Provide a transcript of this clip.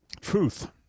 truth